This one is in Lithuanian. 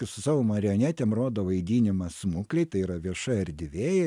su savo marionetėm rodo vaidinimą smuklėj tai yra vieša erdvė